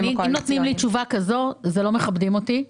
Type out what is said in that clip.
ברגע שנותנים לי תשובה כזאת - לא מכבדים אותי.